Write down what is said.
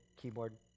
keyboard